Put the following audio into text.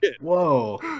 Whoa